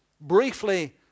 briefly